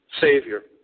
Savior